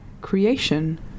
Creation